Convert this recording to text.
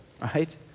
right